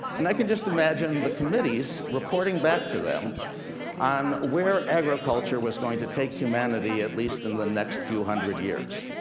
and i could just imagine the committees reporting back to them on where agriculture was going to take humanity, at least in the next few hundred years.